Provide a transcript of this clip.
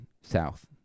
south